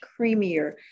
creamier